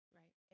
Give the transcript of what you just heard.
right